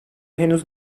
henüz